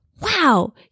wow